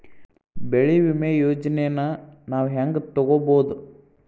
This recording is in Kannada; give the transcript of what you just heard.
ಬೆಳಿ ವಿಮೆ ಯೋಜನೆನ ನಾವ್ ಹೆಂಗ್ ತೊಗೊಬೋದ್?